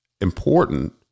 important